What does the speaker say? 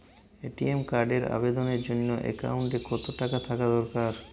ATM কার্ডের আবেদনের জন্য অ্যাকাউন্টে কতো টাকা থাকা দরকার?